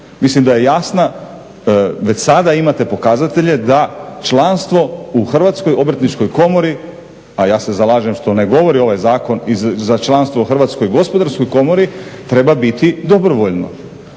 mislim da je jasna, već sada imate pokazatelje da članstvo u Hrvatskoj obrtničkoj komori, a ja se zalažem što ne govori ovaj zakon i za članstvo u Hrvatskoj gospodarskoj komori treba biti dobrovoljno.